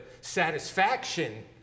satisfaction